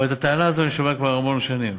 אבל את הטענה הזו אני שומע כבר המון שנים,